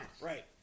Right